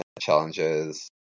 challenges